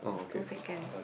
two seconds